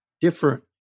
different